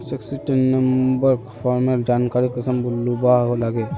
Sixteen number farmer जानकारी कुंसम लुबा लागे?